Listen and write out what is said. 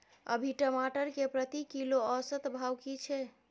अभी टमाटर के प्रति किलो औसत भाव की छै?